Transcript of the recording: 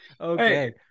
Okay